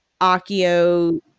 Akio